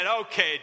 okay